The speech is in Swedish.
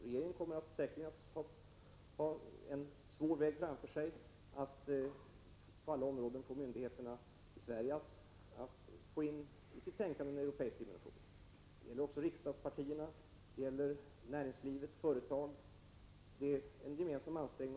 Regeringen kommer säkerligen att ha en svår väg framför sig i arbetet med att få myndigheterna i Sverige att på alla områden få in en europeisk dimension i sitt tänkande. Det gäller också riksdagspartierna, och det gäller näringslivet och företagen. Vi måste göra gemensamma ansträngningar.